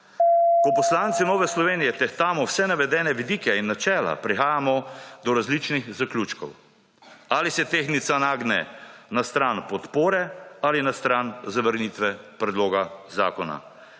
Ko poslanci Nove Slovenije tehtamo vse navedene vidike in načela, prihajamo do različnih zaključkov, ali se tehtnica nagne na stran podpore ali na stran zavrnitve predloga zakona.